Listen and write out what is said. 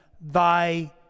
thy